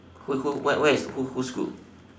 who who where where is who whose group